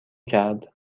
کرد